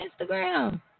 Instagram